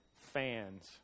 Fans